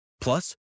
Plus